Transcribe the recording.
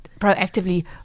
proactively